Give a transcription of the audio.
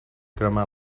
cremar